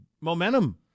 momentum